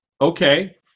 okay